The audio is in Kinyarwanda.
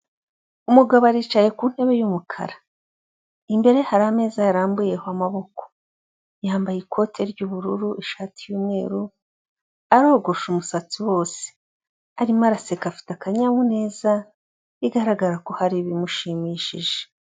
Umugabo aricaye ku ntebe y'umukara, imbere hari ameza yarambuyeho amaboko, yambaye ikote ry'ubururu ishati y'umweru, arogosha umusatsi wose, arimo araseka afite akanyamuneza, bigaragara ko hari ibimushimishije.